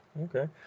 Okay